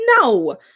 No